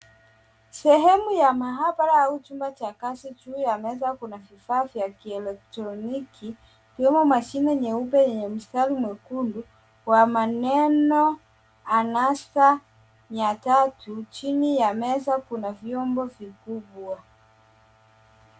Sehemu ya maabara au chumba cha kazi. Juu ya meza kuna vifaa vya kielektroniki, ikiwemo mashine nyeupe yenye mstari mwekundu, kwa maneno anasa mia tatu. Chini ya meza kuna vyombo vikubwa.